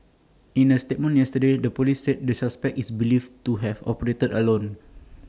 in A statement yesterday the Police said the suspect is believed to have operated alone